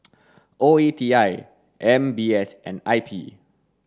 O E T I M B S and I P